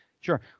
sure